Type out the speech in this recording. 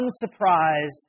unsurprised